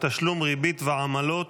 תשלום ריבית ועמלות,